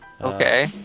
okay